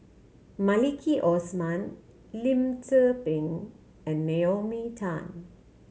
Maliki Osman Lim Tze Peng and Naomi Tan